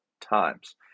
times